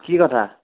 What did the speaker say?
কি কথা